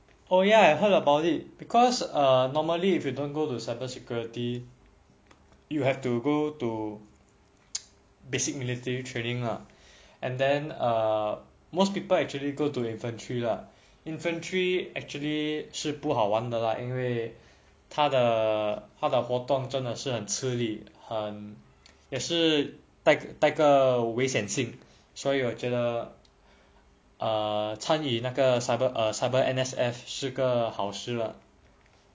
oh ya I heard about it because err normally if you don't go to cyber security you have to go to basic military training lah and then err most people actually go to infantry lah infantry actually 是不好玩的啦因为他的他的活动真的是很吃力也是带个带个危险性所以我觉得参与那个:shi bu hao wan de la yin wei ta de ta de huo dong zhen de shi hen chi li ye shi dai gegan dai gegan wei xian xing suo yi wo jue de can yu na ge err cyber err cyber N_S_F 是个好事了:shi gegan hao shi le